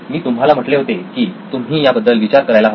मी तुम्हाला म्हटले होते की तुम्ही याबद्दल विचार करायला हवा